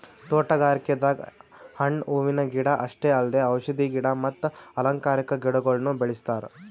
ತೋಟಗಾರಿಕೆದಾಗ್ ಹಣ್ಣ್ ಹೂವಿನ ಗಿಡ ಅಷ್ಟೇ ಅಲ್ದೆ ಔಷಧಿ ಗಿಡ ಮತ್ತ್ ಅಲಂಕಾರಿಕಾ ಗಿಡಗೊಳ್ನು ಬೆಳೆಸ್ತಾರ್